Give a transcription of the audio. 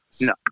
No